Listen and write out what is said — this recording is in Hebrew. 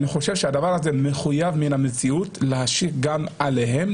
אני חושב שהדבר הזה מחויב המציאות להשית גם עליהם,